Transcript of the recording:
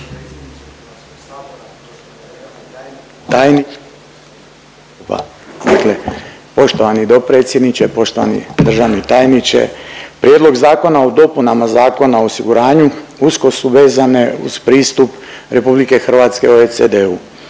Poštovani dopredsjedniče, poštovani državni tajniče, Prijedlog zakona o dopunama Zakona o osiguranju usko su vezane uz pristup RH OECD-u,